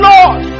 Lord